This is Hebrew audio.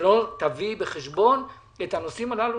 שלא תביא בחשבון את הנושאים הללו,